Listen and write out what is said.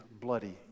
bloody